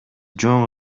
жөн